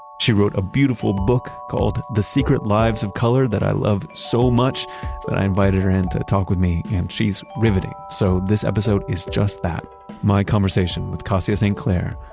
she wrote a beautiful book called the secret lives of color that i love so much that i invited her in to talk with me and she's riveting. so this episode is just that my conversation with kassia st. clair,